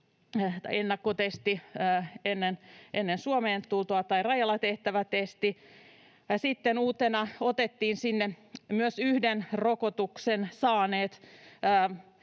ennakkotesti ennen Suomeen tuloa tai rajalla tehtävä testi, ja sitten uutena otettiin sinne myös yli 14 vuorokautta